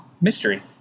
mystery